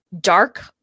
Dark